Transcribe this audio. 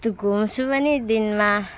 त्यो घुम्छु पनि दिनमा